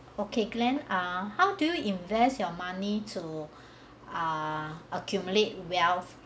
okay glenn ah how do you invest your money to ah accumulate wealth